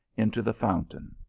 into the fountain.